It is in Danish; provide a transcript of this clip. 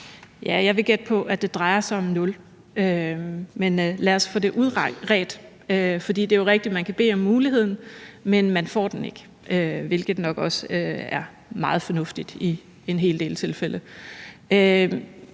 Jeg vil gætte på, at det drejer sig om nul, men lad os få det udredt. For det er jo rigtigt, at man kan bede om muligheden, men man får den ikke, hvilket nok også er meget fornuftigt i en hel del tilfælde.